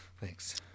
Thanks